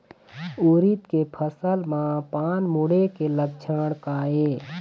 उरीद के फसल म पान मुड़े के लक्षण का ये?